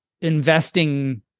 investing